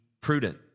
prudent